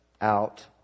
out